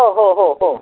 हो हो हो हो